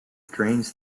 drains